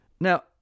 now